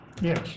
yes